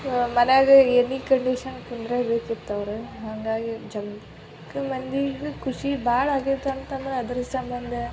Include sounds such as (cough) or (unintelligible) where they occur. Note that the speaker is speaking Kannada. ಮನೆಯಾಗ (unintelligible) ಕಂಡೀಷನ್ ಕುಂದ್ರೇ ಬೇಕಿತ್ತು ಅವ್ರು ಹಾಗಾಗಿ (unintelligible) ಮಂದಿಗೆ ಖುಷಿ ಭಾಳ ಆಗೈತೆ ಅಂತ ಅಂದ್ರೆ ಅದರ ಸಂಬಂಧ